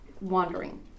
wandering